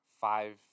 Five